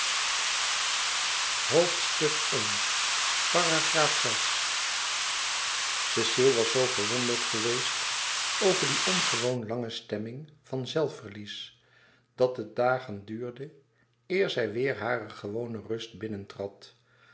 cecile was zoo verwonderd geweest over die ongewoon lange stemming van zelfverlies dat het dagen duurde eer zij weêr hare gewone rust